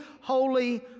holy